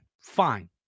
Fine